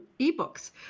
ebooks